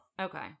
okay